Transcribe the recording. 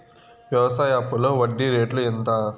వ్యవసాయ అప్పులో వడ్డీ రేట్లు ఎంత?